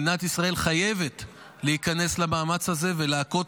מדינת ישראל חייבת להיכנס למאמץ הזה ולהכות